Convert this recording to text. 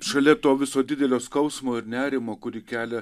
šalia to viso didelio skausmo ir nerimo kurį kelia